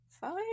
fine